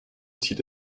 zieht